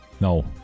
No